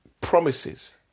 Promises